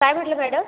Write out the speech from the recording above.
काय म्हटलं मॅडम